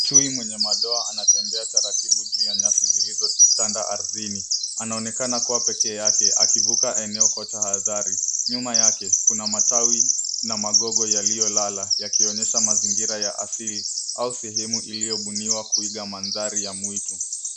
Chui mwenye madoa anatembea taratibu juu ya nyasi zilizotanda ardhini. Anaonekana kuwa pekeake akivuka eneo kwa tahadhari. Nyuma yake kuna matawi na magogo yaliyolala yakionyesha mazingira ya asili au sehemu iliyobuniwa kuiga mandhari ya mwitu.